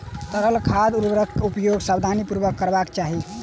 तरल खाद उर्वरकक उपयोग सावधानीपूर्वक करबाक चाही